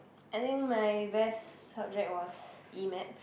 I think my best subject was e-maths